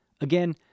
Again